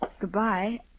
Goodbye